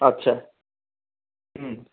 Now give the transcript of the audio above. আচ্ছা হুম